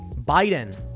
Biden